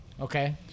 okay